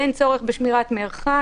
אין צורך בשמירת מרחק.